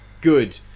Good